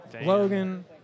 Logan